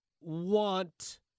want